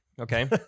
okay